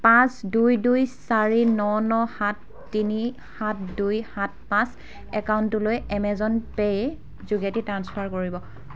পাঁচ দুই দুই চাৰি ন ন সাত তিনি সাত দুই সাত পাঁচ একাউণ্টটোলৈ এমেজন পে' যোগেদি ট্ৰাঞ্চফাৰ কৰিব